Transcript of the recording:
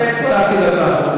הוספתי דקה.